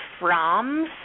froms